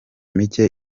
mike